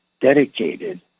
dedicated